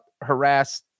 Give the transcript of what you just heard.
harass